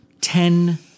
ten